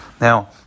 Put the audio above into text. Now